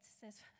says